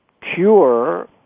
cure